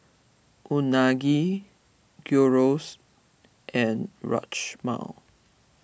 Unagi Gyros and Rajma